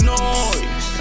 noise